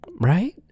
right